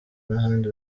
ntahandi